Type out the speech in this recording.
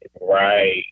Right